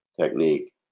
technique